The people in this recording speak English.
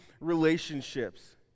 relationships